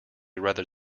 rather